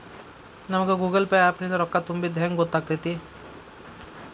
ನಮಗ Google Pay app ನಿಂದ ರೊಕ್ಕಾ ತುಂಬಿದ್ದ ಹೆಂಗ್ ಗೊತ್ತ್ ಆಗತೈತಿ?